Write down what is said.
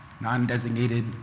non-designated